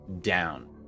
down